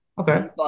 Okay